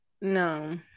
no